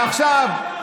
עכשיו,